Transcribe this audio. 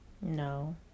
No